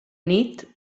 nit